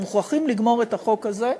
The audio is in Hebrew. מוכרחים לגמור את החוק הזה.